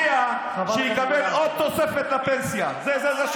הפרדת הרשויות ועמדתם בנוגע לצורך שבאיזון הראוי בין ערכים.